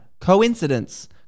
coincidence